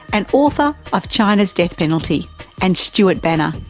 and author of china's death penalty and stuart banner,